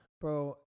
Bro